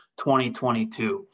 2022